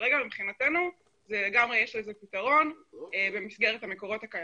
כרגע מבחינתנו לגמרי יש לזה פתרון במסגרת המקורות הקיימים.